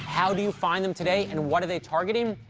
how do you find them today, and what are they targeting?